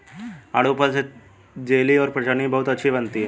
आड़ू फल से जेली और चटनी बहुत अच्छी बनती है